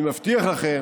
אני מבטיח לכם